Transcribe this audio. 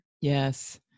Yes